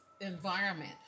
environment